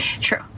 True